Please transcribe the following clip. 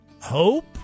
hope